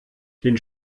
den